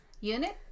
Unit